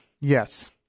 Yes